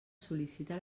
sol·licita